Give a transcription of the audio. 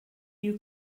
you